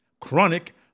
chronic